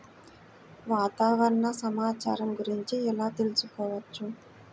వాతావరణ సమాచారం గురించి ఎలా తెలుసుకోవచ్చు?